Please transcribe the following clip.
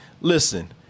Listen